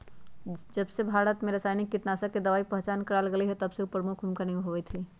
जबसे भारत में रसायनिक कीटनाशक दवाई के पहचान करावल गएल है तबसे उ प्रमुख भूमिका निभाई थई